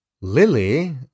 Lily